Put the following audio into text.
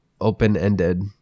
open-ended